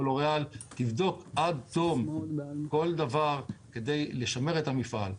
לוריאל תבדוק עד תום כל דבר כדי לשמר את המפעל.